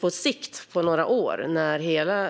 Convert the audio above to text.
På sikt, om några år, när hela